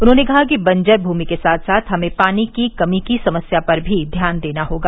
उन्होंने कहा कि बंजर भूमि के साथ साथ हमें पानी की कमी की समस्या पर भी ध्यान देना होगा